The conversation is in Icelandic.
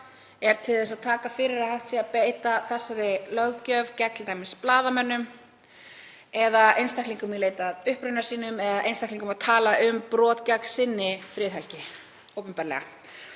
er sú að taka fyrir að hægt sé að beita þessari löggjöf gegn t.d. blaðamönnum eða einstaklingum í leit að uppruna sínum, eða einstaklingum að tala um brot gegn sinni friðhelgi opinberlega,